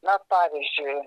na pavyzdžiui